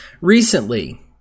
Recently